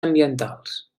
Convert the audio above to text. ambientals